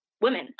women